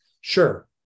sure